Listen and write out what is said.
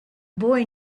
boy